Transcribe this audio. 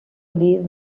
live